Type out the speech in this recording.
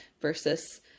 versus